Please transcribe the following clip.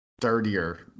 Dirtier